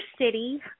city